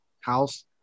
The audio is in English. house